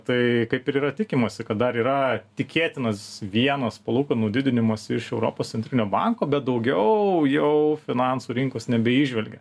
tai kaip ir yra tikimasi kad dar yra tikėtinas vienas palūkanų didinimas iš europos centrinio banko bet daugiau jau finansų rinkos nebeįžvelgia